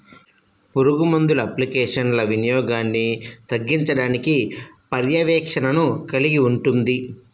పురుగుమందుల అప్లికేషన్ల వినియోగాన్ని తగ్గించడానికి పర్యవేక్షణను కలిగి ఉంటుంది